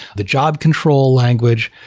the job control language.